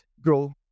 grow